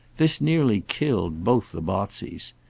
this nearly killed both the botseys.